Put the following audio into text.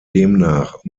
demnach